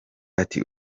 ati